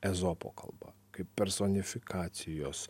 ezopo kalba kaip personifikacijos